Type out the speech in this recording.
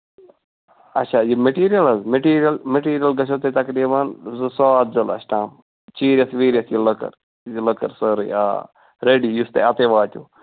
اچھا یہِ میٹیٖریَل حظ میٹیٖریَل میٹیٖریَل گژھِو تۄہہِ تَقریٖبَن زٕ سواد زٕ لَچھ تام چیٖرِتھ ویٖرِتھ یہِ لٔکٕر یہِ لٔکٕر سٲرٕے آ خٲلی یُس تۄہہِ اَتیٚتھ واتِو